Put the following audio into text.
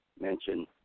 mention